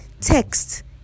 text